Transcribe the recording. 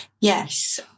Yes